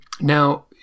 Now